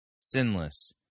sinless